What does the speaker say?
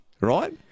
right